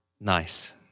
nice